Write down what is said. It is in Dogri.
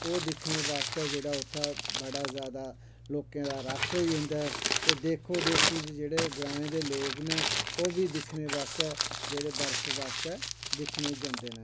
ओह् दिक्खनै बास्तै जेह्ड़ा उत्थै बड़ा जादा लोकें दा रश होई जंदा ऐ ते देखो देखी च च जेह्ड़े ग्राएं दे लोग न ओह् बी दिक्खने बास्तै जेह्ड़ा बर्फ बास्तै दिक्खने जंदे नै